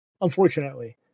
unfortunately